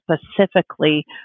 specifically